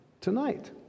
tonight